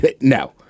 no